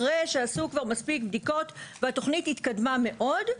אחרי שעשו מספיק בדיקות והתוכנית התקדמה מאוד,